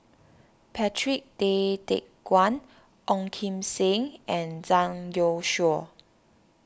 Patrick Tay Teck Guan Ong Kim Seng and Zhang Youshuo